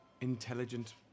intelligent